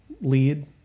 lead